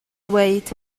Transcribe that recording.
dweud